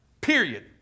Period